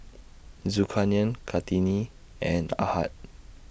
Zulkarnain Kartini and Ahad